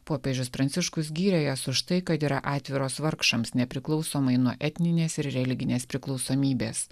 popiežius pranciškus gyrė jas už tai kad yra atviros vargšams nepriklausomai nuo etninės ir religinės priklausomybės